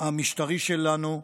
המשטרי שלנו,